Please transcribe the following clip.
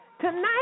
tonight